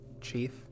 chief